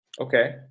Okay